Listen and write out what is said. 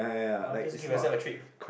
(uh huh) just give yourself a treat